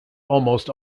almost